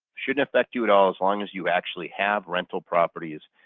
shouldn't affect you at all as long as you actually have rental properties,